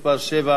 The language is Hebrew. התשע"ב 2012,